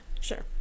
sure